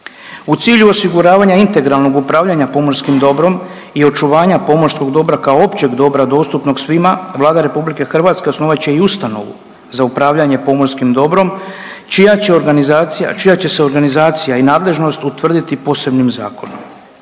U cilju osiguravanja integralnog upravljanja pomorskim dobrom i očuvanjem pomorskog dobra kao općeg dobra dostupnog svima, Vlada RH osnovat će i ustanovu za upravljanje pomorskim dobrom čija će se organizacija i nadležnost utvrditi posebnim zakonom.